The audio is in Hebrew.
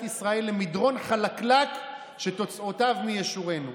ישראל למדרון חלקלק שתוצאותיו מי ישורנו.